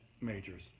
majors